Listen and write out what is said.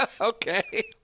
Okay